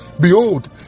behold